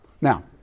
Now